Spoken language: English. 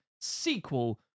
sequel